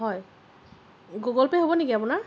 হয় Google Pay হ'ব নেকি আপোনাৰ